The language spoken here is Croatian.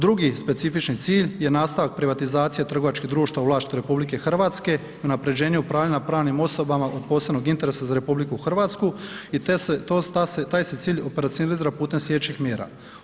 Drugi specifični cilj je nastavak privatizacije trgovačkih društava u vlasništvu RH u unaprjeđenju upravljanja pravnim osobama od posebnog interesa za RH i taj se cilj operacionalizira putem sljedećih mjera.